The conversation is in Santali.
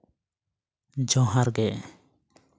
ᱡᱚᱦᱟᱨ ᱜᱮ